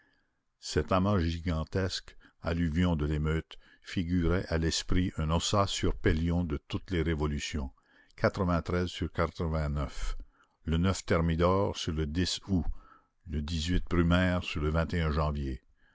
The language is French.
cet amas gigantesque alluvion de l'émeute figurait à l'esprit un ossa sur pélion de toutes les révolutions sur le thermidor sur le août le brumaire sur le janvier